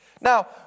Now